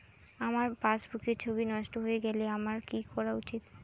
আমার পাসবুকের ছবি নষ্ট হয়ে গেলে আমার কী করা উচিৎ?